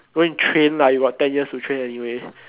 go and train lah you got ten years to train anyways